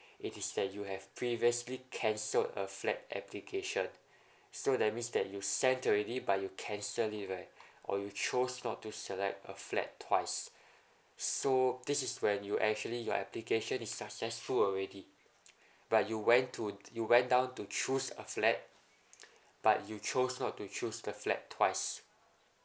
it is that you have previously cancelled a flat application so that means that you sent already but you cancelled it right or you chose not to select a flat twice so this is when you actually your application is successful already but you went to you went down to choose a flat but you chose not to choose the flat twice